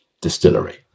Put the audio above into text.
distillery